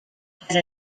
had